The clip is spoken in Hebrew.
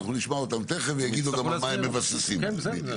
תכף נשמע אותם והם יגידו על מה הם מבססים את זה.